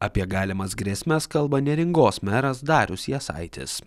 apie galimas grėsmes kalba neringos meras darius jasaitis